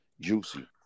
Juicy